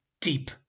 deep